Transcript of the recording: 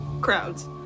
crowds